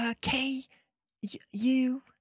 K-U